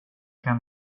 kan